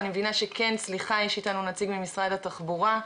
אני מבינה שכן, סליחה יש לנו נציג ממשרד התחבורה.